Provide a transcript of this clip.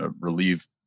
relieve